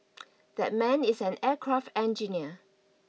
that man is an aircraft engineer